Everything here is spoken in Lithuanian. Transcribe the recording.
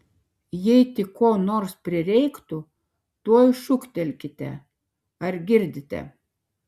jei tik ko nors prireiktų tuoj šūktelkite ar girdite